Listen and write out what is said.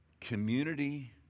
community